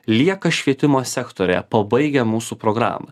lieka švietimo sektoriuje pabaigę mūsų programą